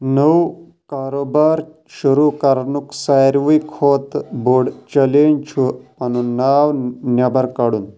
نوٚو کاروبار شروٗع کرنُک ساروٕے کھۄتہٕ بوٚڈ چلینٛج چھُ پنُن ناو نٮ۪بر کڑُن